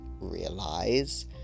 realize